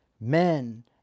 men